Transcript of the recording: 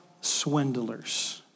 swindlers